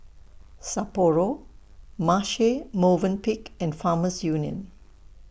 Sapporo Marche Movenpick and Farmers Union